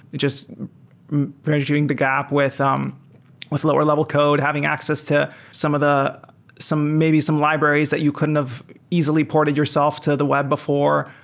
just measuring the gap with um with lower-level code, having access to some of the maybe some libraries that you couldn't have easily ported yourself to the web before,